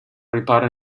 riparo